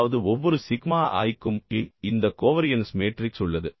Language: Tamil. அதாவது ஒவ்வொரு சிக்மா i க்கும் இந்த கோவரியன்ஸ் மேட்ரிக்ஸ் உள்ளது